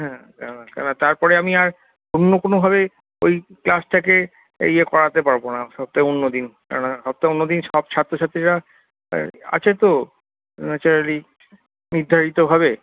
হ্যাঁ কেননা তারপরে আপনি আর অন্য কোনো ভাবে ওই ক্লাসটাকে ইয়ে করাতে পারবনা সপ্তাহে অন্যদিন কেনোনা সপ্তাহে অন্যদিন সব ছাত্রছাত্রীরা আছেতো ন্যাচারালি নির্ধারিতভাবে